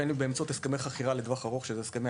בין אם באמצעות הסכמי חכירה לטווח ארוך שזה הסכמי